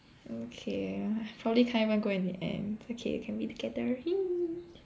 okay probably can't even go in the end it's okay we can be together